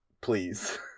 please